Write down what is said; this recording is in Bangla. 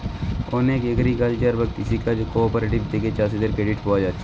অনেক এগ্রিকালচারাল বা কৃষি কাজ কঅপারেটিভ থিকে চাষীদের ক্রেডিট পায়া যাচ্ছে